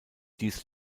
dies